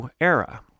era